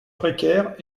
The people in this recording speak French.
précaire